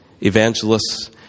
evangelists